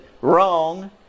wrong